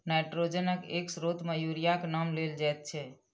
नाइट्रोजनक एक स्रोत मे यूरियाक नाम लेल जाइत छै